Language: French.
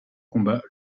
combat